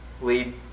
lead